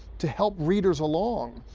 to help readers along,